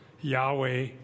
Yahweh